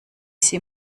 sie